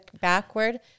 backward